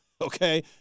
Okay